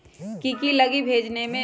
की की लगी भेजने में?